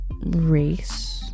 race